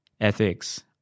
ethics